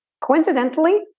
Coincidentally